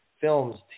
films